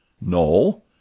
No